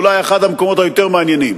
אולי אחד המקומות היותר-מעניינים,